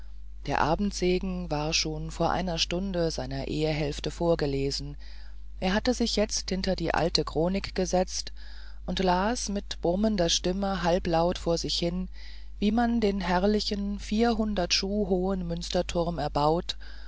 der abendsegen war schon vor einer stunde seiner ehehälfte vorgelesen er hatte sich jetzt hinter die alte chronik gesetzt und las mit brummender stimme halblaut vor sich hin wie man den herrlichen vierhundert schuh hohen münsterturm erbaut